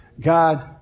God